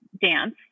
dance